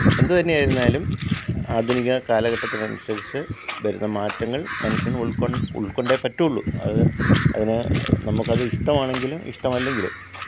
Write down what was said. എന്ത് തന്നെ ആയിരുന്നാലും ആധുനിക കാലഘട്ടത്തിന് അനുസരിച്ച് വരുന്ന മാറ്റങ്ങള് മനുഷ്യന് ഉള്ക്കൊണ്ടു ഉള്ക്കൊണ്ടേ പറ്റുള്ളൂ അത് അതിന് നമ്മൾക്ക് അത് ഇഷ്ടമാണെങ്കിലും ഇഷ്ടമല്ലെങ്കിലും